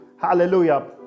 hallelujah